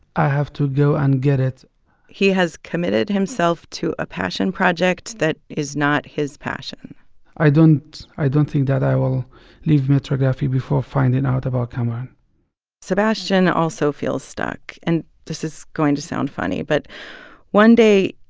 i have to go and get it he has committed himself to a passion project that is not his passion i don't i don't think that i will leave metrography before finding out about kamaran sebastian also feels stuck. and this is going to sound funny, but one day,